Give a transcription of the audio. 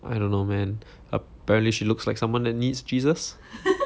I don't know man apparently she looks like someone that needs jesus